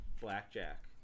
Blackjack